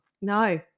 no